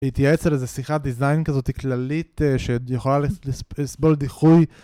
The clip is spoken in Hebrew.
להתייעץ אצל איזה שיחת דיזיין כזאת כללית שיכולה לסבול דיחוי